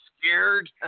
scared